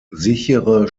sichere